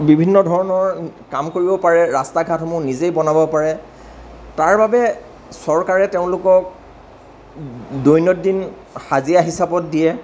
বিভিন্ন ধৰণৰ কাম কৰিব পাৰে ৰাস্তা ঘাটসমূহ নিজেই বনাব পাৰে তাৰ বাবে চৰকাৰে তেওঁলোকক দৈনন্দিন হাজিৰা হিচাপত দিয়ে